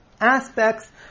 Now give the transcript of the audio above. aspects